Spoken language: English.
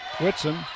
Whitson